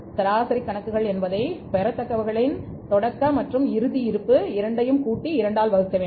சராசரி கணக்குகள் என்பதை பெறத்தக்கவைகளின் தொடக்க மற்றும் இறுதி இருப்பு இரண்டையும் கூட்டி இரண்டால் வகுக்க வேண்டும்